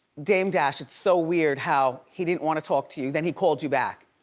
dame dash, it's so weird how he didn't wanna talk to you, then he called you back.